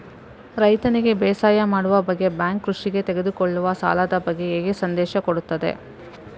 ರೈತನಿಗೆ ಬೇಸಾಯ ಮಾಡುವ ಬಗ್ಗೆ ಬ್ಯಾಂಕ್ ಕೃಷಿಗೆ ತೆಗೆದುಕೊಳ್ಳುವ ಸಾಲದ ಬಗ್ಗೆ ಹೇಗೆ ಸಂದೇಶ ಕೊಡುತ್ತದೆ?